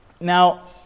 Now